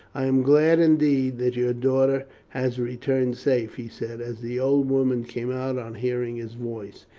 i am glad indeed that your daughter has returned safe, he said, as the old woman came out on hearing his voice.